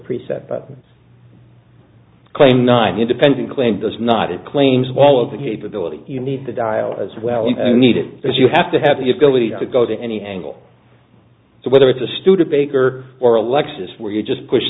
preset but claim not independent claim does not it claims well of the capability you need the dial as well we need it because you have to have the ability to go to any angle so whether it's a studebaker or a lexus where you just push